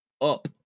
up